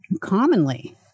commonly